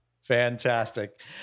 Fantastic